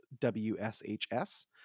WSHS